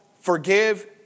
forgive